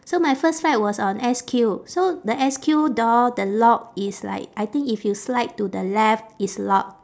so my first flight was on S_Q so the S_Q door the lock it's like I think if you slide to the left it's locked